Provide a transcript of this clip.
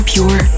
Pure